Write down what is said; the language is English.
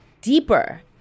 deeper